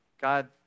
God